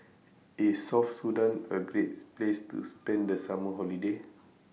IS South Sudan A Great Place to spend The Summer Holiday